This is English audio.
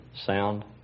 sound